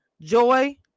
Joy